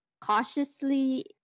cautiously